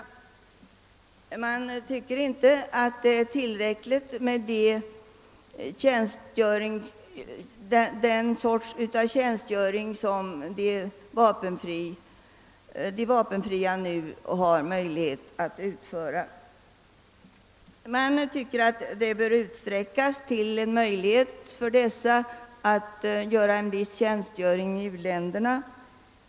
Man tycker inte att det är tillräckligt med de former av tjänstgöring som de vapenfria nu har möjlighet att utföra. De bör ges möjligheter till viss tjänstgöring i u-länderna.